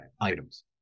items